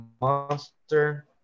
monster